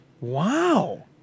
Wow